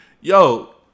yo